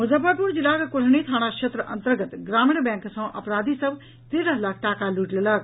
मुजफ्फरपुर जिलाक कुढ़नी थाना क्षेत्र अन्तर्गत ग्रामीण बैंक सँ अपराधी सभ तेरह लाख टाका लूटि लेलक